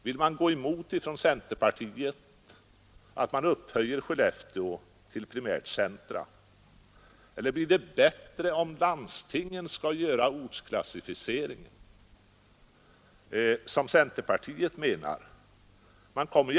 Vill centerpartiet motsätta sig att Skellefteå upphöjs till primärt centrum, eller blir det bättre om landstingen får göra ortsklassificeringen, som centerpartiet önskar?